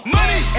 Money